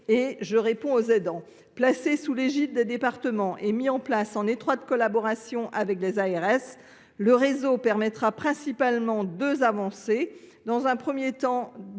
Je réponds aux aidants ». Placé sous l’égide des départements et mis en place en étroite collaboration avec les ARS, le réseau permettra deux avancées